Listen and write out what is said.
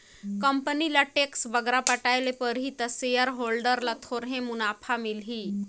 company ल tax बगरा पटाए ले परही ता सेयर होल्डर ल थोरहें मुनाफा मिलही